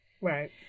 Right